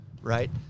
right